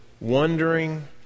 wondering